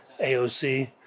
AOC